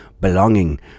belonging